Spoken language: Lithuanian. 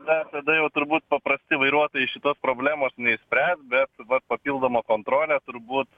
na tada jau turbūt paprasti vairuotojai šitos problemos neišspręs bet va papildoma kontrolė turbūt